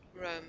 Rome